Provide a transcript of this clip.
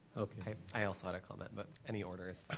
okay. i also had a comment but any order is